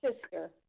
sister